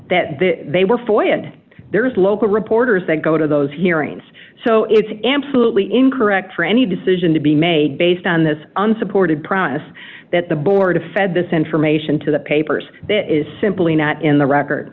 possible that they were for it there is local reporters that go to those hearings so it's an absolutely incorrect for any decision to be made based on this unsupported promise that the board of fed this information to the papers is simply not in the record